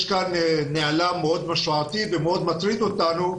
יש כאן נעלם מאוד משמעותי ומאוד מטריד אותנו.